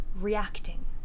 reacting